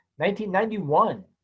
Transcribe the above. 1991